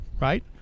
right